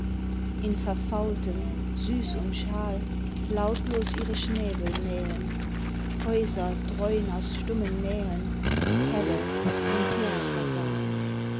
in verfaultem süß und schal lautlos ihre schnäbel mähen häuser dräu'n aus stummen nähen helle im theatersaal